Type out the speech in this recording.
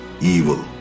evil